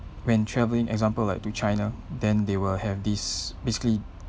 when travelling example like to china then they will have this basically